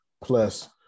Plus